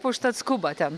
užtat skuba ten